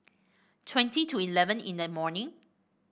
twenty to eleven in the morning